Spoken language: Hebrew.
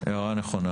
הערה נכונה